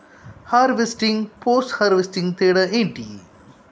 Harvesting, post harvesting తేడా ఏంటి?